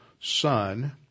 son